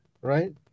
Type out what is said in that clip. right